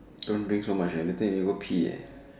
don't drink so much eh later you go pee eh